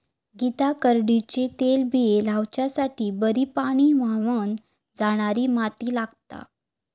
गीता करडईचे तेलबिये लावच्यासाठी बरी पाणी व्हावन जाणारी माती लागता